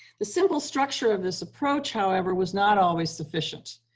the simple structure of this approach, however, was not always sufficient.